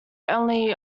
only